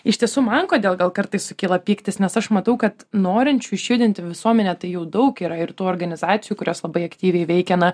iš tiesų man kodėl gal kartais sukyla pyktis nes aš matau kad norinčių išjudinti visuomenę tai jau daug yra ir tų organizacijų kurios labai aktyviai veikia na